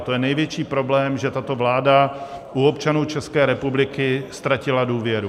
To je největší problém, že tato vláda u občanů České republiky ztratila důvěru.